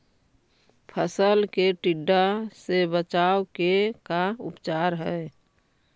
फ़सल के टिड्डा से बचाव के का उपचार है?